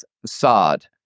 facade